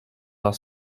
are